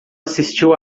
assistiu